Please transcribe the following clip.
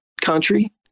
country